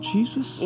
Jesus